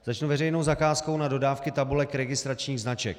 Začnu veřejnou zakázkou na dodávky tabulek registračních značek.